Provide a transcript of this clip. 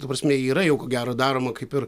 ta prasme yra jau ko gero daroma kaip ir